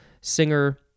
singer